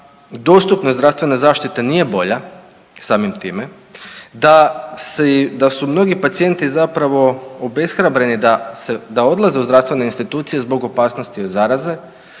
dostupnost zdravstvene zaštite nije bolja samim time, da su mnogi pacijenti zapravo obeshrabreni da odlaze u zdravstvene institucije zbog opasnosti od zaraze.